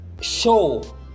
show